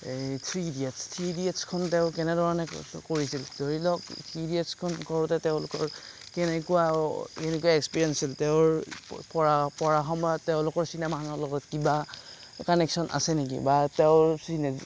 এই three idiots three ইডিয়টচখন তেওঁ কেনেধৰণে কৰিছিল ধৰি লওক থ্ৰি ইডিয়টচখন কৰোঁতে তেওঁলোকৰ কেনেকুৱা অঁ কেনেকুৱা এক্সপেৰিয়েন্স আছিল তেওঁৰ পঢ়া পঢ়া সময়ত তেওঁলোকৰ চিনেমাখনৰ লগত কিবা কানেকচন আছে নেকি বা তেওঁৰ চিনে